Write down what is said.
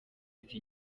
ati